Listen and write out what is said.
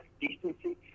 decency